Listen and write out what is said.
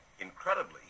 Incredibly